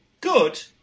good